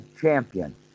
champion